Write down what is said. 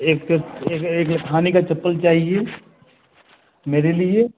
एक एक एक लखानी की चप्पल चाहिए मेरे लिए